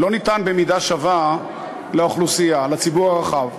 לא ניתן במידה שווה לאוכלוסייה, לציבור הרחב.